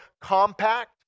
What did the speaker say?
Compact